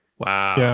wow. yeah.